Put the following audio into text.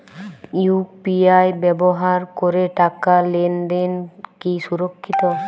UPI ব্যবহার করে টাকা লেনদেন কি সুরক্ষিত?